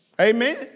Amen